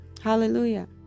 Hallelujah